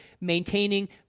maintaining